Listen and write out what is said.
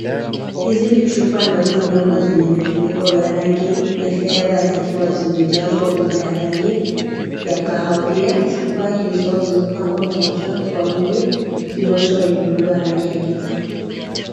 Hizi ni chupa ndogo ndogo zenye vifuniko vya rangi ya fedha zikiwa zimejazwa unga ya rangi ya kahawia . Chupa hizo zimepangwa pamoja kwa wingi juu ya uso wenye muundo wa rangi ya giza.